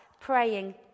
praying